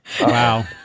Wow